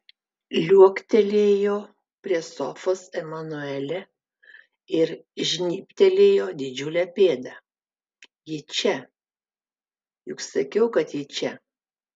liuoktelėjo prie sofos emanuelė ir žnybtelėjo didžiulę pėdą ji čia juk sakiau kad ji čia